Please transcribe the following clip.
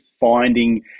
finding